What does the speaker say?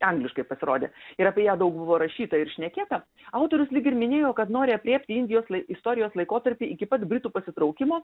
angliškai pasirodė ir apie ją daug buvo rašyta ir šnekėta autorius lyg ir minėjo kad nori aprėpti indijos istorijos laikotarpį iki pat britų pasitraukimo